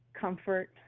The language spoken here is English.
comfort